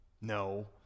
no